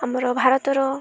ଆମର ଭାରତର